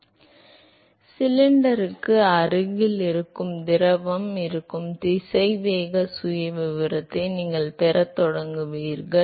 எனவே சிலிண்டருக்கு அருகில் இருக்கும் திரவம் இருக்கும் திசைவேக சுயவிவரத்தை நீங்கள் பெறத் தொடங்குவீர்கள்